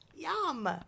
Yum